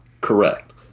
Correct